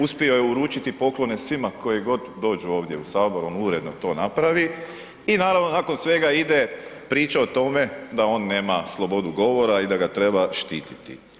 Uspio je uručiti poklone svima koji god dođu ovdje u sabor on uredno to napravi i naravno nakon svega ide priča o tome da on nema slobodu govora i da ga treba štititi.